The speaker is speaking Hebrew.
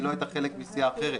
והיא לא הייתה חלק מסיעה אחרת.